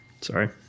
Sorry